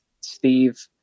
Steve